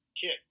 kid